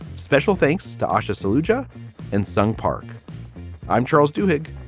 special thanks to ushe soldier and sung park i'm charles duhigg.